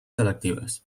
selectives